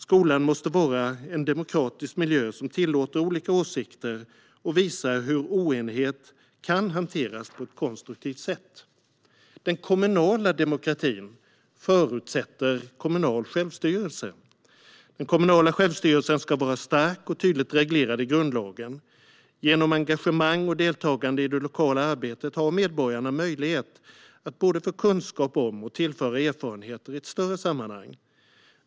Skolan måste vara en demokratisk miljö som tillåter olika åsikter och visar hur oenighet kan hanteras på ett konstruktivt sätt. Kommunal demokrati förutsätter kommunal självstyrelse. Den kommunala självstyrelsen ska vara stark och tydligt reglerad i grundlagen. Genom engagemang och deltagande i det lokala arbetet har medborgarna möjlighet att både få kunskap om och tillföra erfarenheter i ett större sammanhang.